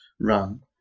run